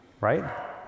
right